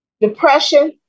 Depression